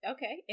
Okay